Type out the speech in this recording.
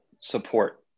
support